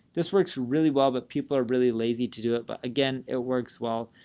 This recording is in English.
this works really well, but people are really lazy to do it, but again, it works well.